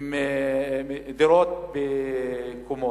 עם דירות בקומות,